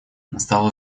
настало